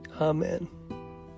Amen